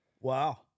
Wow